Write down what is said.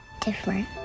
different